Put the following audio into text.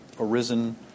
arisen